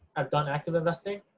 i've done active investing.